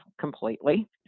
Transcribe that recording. completely